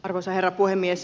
arvoisa herra puhemies